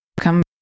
come